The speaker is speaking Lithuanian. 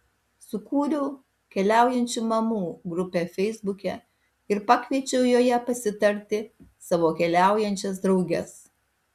sukūriau keliaujančių mamų grupę feisbuke ir pakviečiau joje pasitarti savo keliaujančias drauges